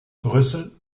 brüssel